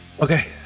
okay